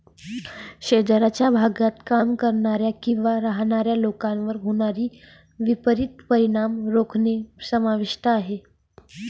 शेजारच्या भागात काम करणाऱ्या किंवा राहणाऱ्या लोकांवर होणारे विपरीत परिणाम रोखणे समाविष्ट आहे